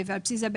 על בסיס זה,